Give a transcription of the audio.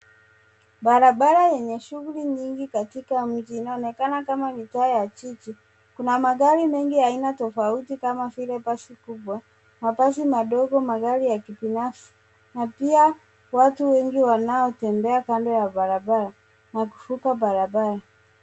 Barabara yenye shughuli nyingi katika mji inaonekana kama mitaa ya jiji. Kuna magari mengi aina tofauti kama vile basi kubwa, mabasi madogo, magari ya kibinafsi na pia watu wengi wanaotembea kando ya barabara na kuvuka barabara.